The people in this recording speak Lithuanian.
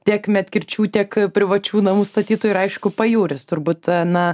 tiek medkirčių tiek privačių namų statytojų ir aišku pajūris turbūt na